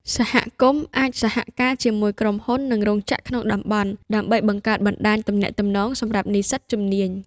សហគមន៍អាចសហការជាមួយក្រុមហ៊ុន និងរោងចក្រក្នុងតំបន់ ដើម្បីបង្កើតបណ្តាញទំនាក់ទំនងសម្រាប់និស្សិតជំនាញ។